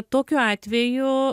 tokiu atveju